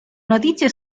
notizie